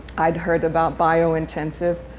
i'd heard about biointensive.